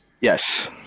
Yes